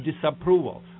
disapproval